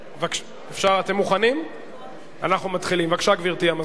בבקשה, גברתי המזכירה.